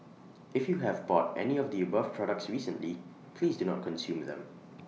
if you have bought any of the above products recently please do not consume them